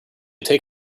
take